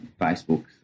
Facebook